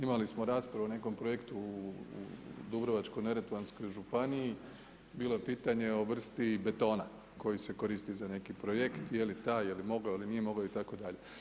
Imali smo raspravu o nekom projektu u Dubrovačko neretvanskoj županiji i bilo je pitanje o vrsti betona, koji se koristi za neki projekt, je li taj, je li mogao ili nije mogao itd.